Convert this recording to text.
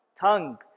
tongue